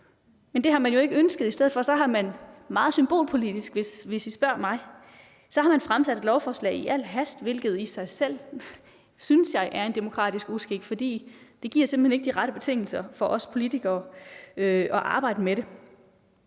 Men det har man ikke ønsket. I stedet for har man meget symbolpolitisk, hvis I spørger mig, fremsat et lovforslag i al hast, hvilket i sig selv, synes jeg, er en demokratisk uskik, for det giver simpelt hen ikke os politikere de rette betingelser at arbejde under.